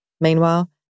Meanwhile